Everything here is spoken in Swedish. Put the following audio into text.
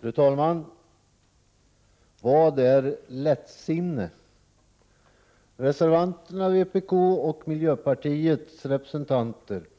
Fru talman! Vad är lättsinne? Reservanterna, vpk:s och miljöpartiets representanter i utskottet,